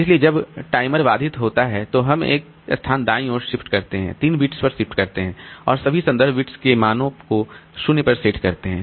इसलिए जब टाइमर बाधित होता है तो हम एक स्थान दाईं ओर शिफ्ट करते हैं 3 बिट्स पर शिफ्ट करते हैं और सभी संदर्भ बिट्स के मानों को 0 पर सेट करते हैं